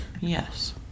Yes